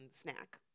snack